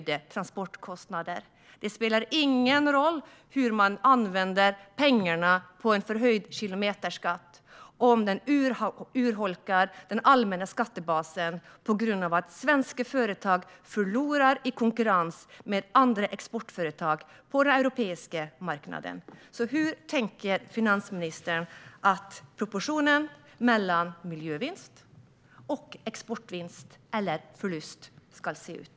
Det spelar ingen roll hur man använder pengarna från en höjd kilometerskatt om denna urholkar den allmänna skattebasen på grund av att svenska företag förlorar i konkurrens med andra exportföretag på den europeiska marknaden. Hur tänker finansministern att proportionen mellan miljövinst och exportvinst eller förlust ska se ut?